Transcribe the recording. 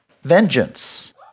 vengeance